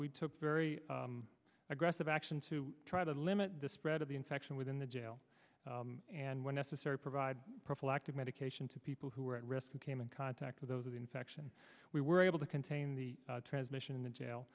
we took very aggressive action to try to limit the spread of the infection within the jail and when necessary provide prophylactic medication to people who were at risk and came in contact with those that infection we were able to contain the transmission in the jail